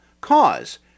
cause